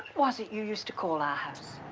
was it you used to call our house?